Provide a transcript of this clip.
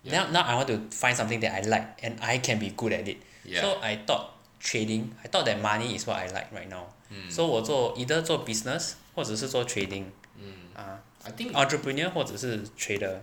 now now I want to find something that I like and I can be good at it so I thought trading I thought that money is what I like right now so 我做 either 做 business 或者是做 trading ah I think entrepreneur 或者是 trader